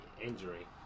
injury